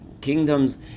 kingdoms